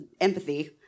empathy